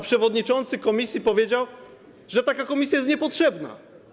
Przewodniczący komisji powiedział, że taka komisja nie jest potrzebna.